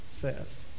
says